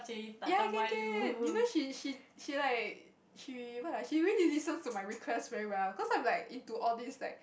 ya can can you know she she she like she what ah she really listens to my requests very well cause I'm like into all these like